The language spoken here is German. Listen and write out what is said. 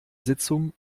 sitzung